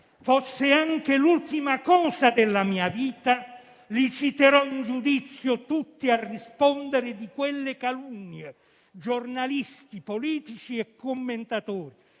Fosse anche l'ultima azione della mia vita, li citerò in giudizio tutti a rispondere di quelle calunnie: giornalisti, politici e commentatori,